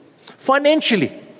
Financially